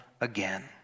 again